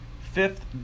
Fifth